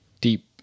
deep